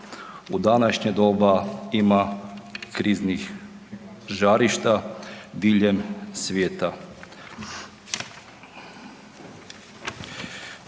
u današnje doba ima kriznih žarišta diljem svijeta.